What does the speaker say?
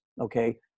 Okay